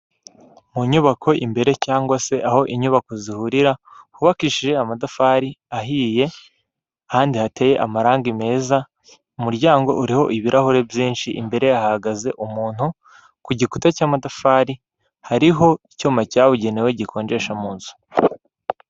Mu nyubako imbere cyangwa se aho inyubako zihurira hubakishije amatafari ahiye ahandi hateye amarangi meza, umuryango uriho ibirahure byinshi imbere hahagaze umuntu ku gikuta cy'amatafari hariho icyuma cyabugenewe gikonjesha mu nzu.